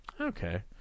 Okay